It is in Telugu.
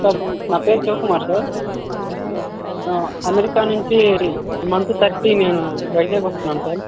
సార్ నా పేరు శివకుమార్ సార్ అమెరికా నుంచి ఈ మంత్ థర్టీ నేను వైజాగ్ వస్తున్నాను సార్